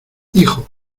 hijo